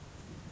okay